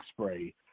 spray